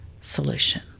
solution